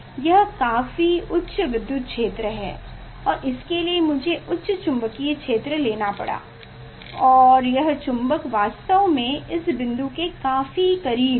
यह काफी उच्च विद्युत क्षेत्र है और इसके लिए मुझे उच्च चुंबकीय क्षेत्र लेना पड़ा और यह चुंबक वास्तव में इस बिंदु के काफी करीब है